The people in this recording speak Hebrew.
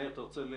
מאיר, אתה רוצה?